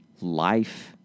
life